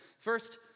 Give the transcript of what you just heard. First